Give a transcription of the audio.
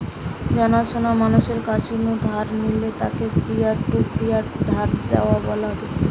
জানা শোনা মানুষের কাছ নু ধার নিলে তাকে পিয়ার টু পিয়ার টাকা ধার দেওয়া বলতিছে